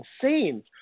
insane